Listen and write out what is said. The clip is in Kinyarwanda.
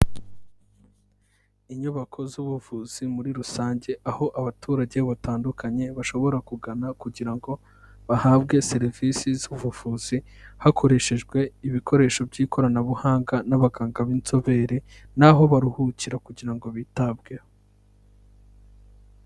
Inyubako z'ubuvuzi muri rusange aho abaturage batandukanye bashobora kugana kugira ngo bahabwe serivise z'ubuvuzi hakoreshejwe ibikoresho by'ikoranabuhanga n'abaganga b'inzobere n'aho baruhukira kugira ngo bitabweho.